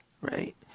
right